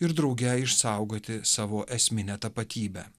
ir drauge išsaugoti savo esminę tapatybę